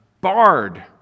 barred